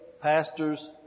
pastors